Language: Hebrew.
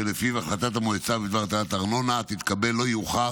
שלפיו החלטת המועצה בדבר הטלת ארנונה לשנת 2024 תתקבל לא יאוחר